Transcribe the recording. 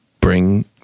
bring